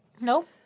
Nope